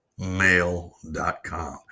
mail.com